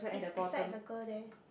is beside the girl there